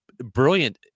Brilliant